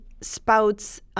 spouts